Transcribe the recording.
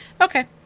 okay